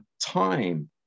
time